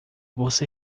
você